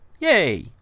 Yay